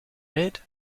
red